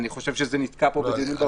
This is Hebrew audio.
אני חושב שהיא נתקעה פה בדיונים בוועדה.